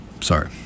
Sorry